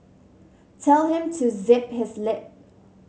tell him to zip his lip